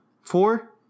Four